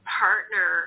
partner